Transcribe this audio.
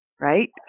right